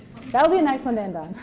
that'll be nice one to and